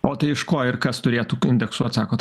o tai iš ko ir kas turėtų indeksuot sakot